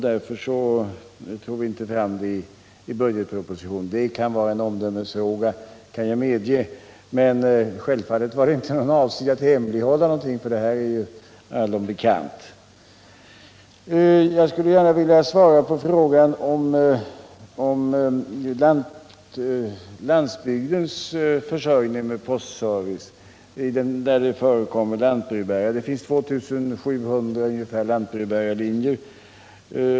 Det kan vara en omdömesfråga, det skall jag medge, men självfallet var inte avsikten att hemlighålla någonting, för detta är ju allom bekant. Jag skulle gärna vilja svara på frågan om landsbygdens försörjning med postservice där det förekommer lantbrevbärare — det finns ungefär 2 700 lantbrevbärarlinjer.